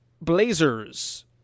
Blazers